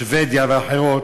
שבדיה ואחרות,